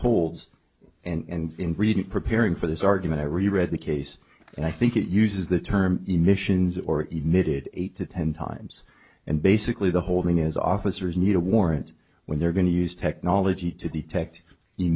holds and in breeding preparing for this argument i really read the case and i think it uses the term emissions or even needed eight to ten times and basically the whole thing is officers need a warrant when they're going to use technology to detect